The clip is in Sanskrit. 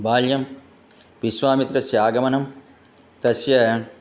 बाल्यं विश्वामित्रस्य आगमनं तस्य